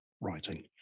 writing